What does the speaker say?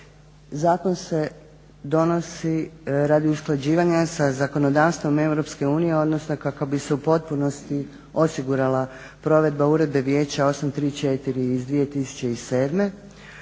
Zakon se donosi radi usklađivanja sa zakonodavstvom EU, odnosno kako bi se u potpunosti osigurala provedba Uredbe Vijeća 834 iz 2007.